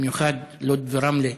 במיוחד בלוד-רמלה,